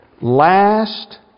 last